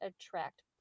attract